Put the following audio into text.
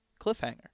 Cliffhanger